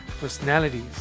personalities